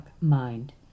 mind